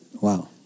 Wow